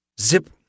Zip